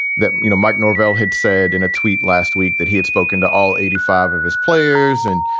that, you know, mike norvelle had said in a tweet last week that he had spoken to all eighty five of his players and,